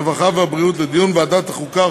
הרווחה והבריאות לדיון בוועדת החוקה,